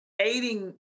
aiding